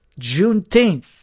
Juneteenth